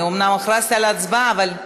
אני אומנם הכרזתי על הצבעה אבל,